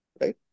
Right